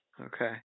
Okay